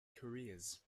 careers